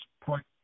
point